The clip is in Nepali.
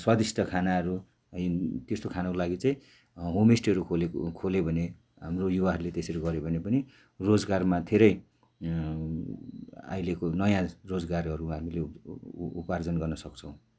स्वादिष्ट खानाहरू है त्यस्तो खानुको लागि चाहिँ होमस्टेहरू खोलेको खोल्यो भने हाम्रो युवाहरूले त्यसरी गऱ्यो भने रोजगारमा धेरै अहिलेको नयाँ रोजगारहरू हामीले उपार्जन गर्न सक्छौँ